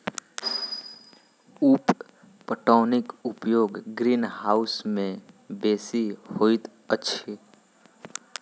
उप पटौनीक उपयोग ग्रीनहाउस मे बेसी होइत अछि